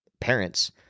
parents